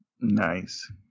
Nice